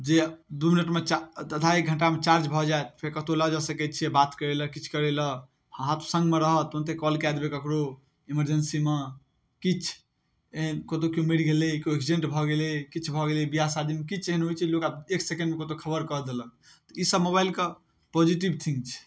जे दुइ मिनटमे चार्ज आधा एक घण्टामे चार्ज भऽ जाएत फेर कतहु लऽ जा सकै छिए बात करैलए किछु करैलए अहाँके सङ्गमे रहत तऽ तुरन्ते कॉल कऽ देबै ककरो इमरजेन्सीमे किछु एहन कतहु केओ मरि गेलै ककरो एक्सिडेन्ट भऽ गेलै किछु भऽ गेलै बिआह शादीमे किछु एहन होइ छै लोक आब एक सेकेण्डमे कतहु खबरि कऽ देलक ईसब मोबाइलके पॉजिटिव थिङ्ग छै